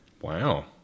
wow